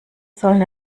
sollen